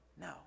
No